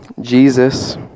Jesus